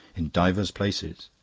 in divers places.